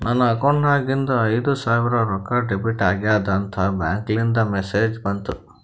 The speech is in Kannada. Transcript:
ನನ್ ಅಕೌಂಟ್ ನಾಗಿಂದು ಐಯ್ದ ಸಾವಿರ್ ರೊಕ್ಕಾ ಡೆಬಿಟ್ ಆಗ್ಯಾದ್ ಅಂತ್ ಬ್ಯಾಂಕ್ಲಿಂದ್ ಮೆಸೇಜ್ ಬಂತು